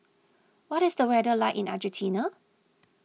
what is the weather like in Argentina